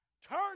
Turn